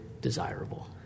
desirable